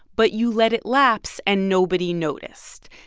but you let it lapse, and nobody noticed.